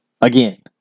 Again